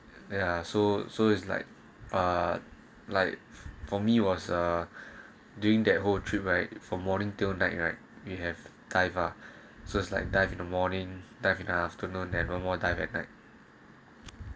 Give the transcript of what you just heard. ya so so is like uh light for me was a during that whole trip right from morning till night right you have dive so it's like diving the morning afternoon and were more dive at night